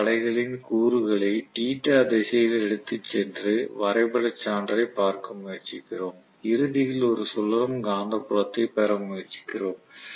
F அலைகளின் கூறுகளை θ திசையில் எடுத்துச் சென்று வரைபட சான்றைப் பார்க்க முயற்சிக்கிறோம் இறுதியில் ஒரு சுழலும் காந்தப்புலத்தைப் பெற முயற்சிக்கிறோம்